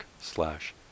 slash